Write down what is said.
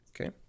Okay